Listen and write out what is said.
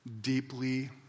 deeply